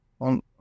on